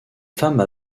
femme